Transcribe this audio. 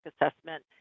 assessment